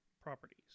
properties